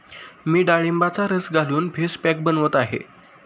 मी डाळिंबाचा रस घालून फेस पॅक बनवत आहे